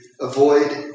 avoid